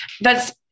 that's-